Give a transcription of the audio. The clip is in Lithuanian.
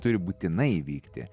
turi būtinai įvykti